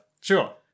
sure